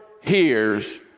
hears